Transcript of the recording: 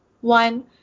One